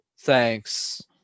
thanks